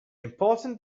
important